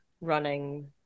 running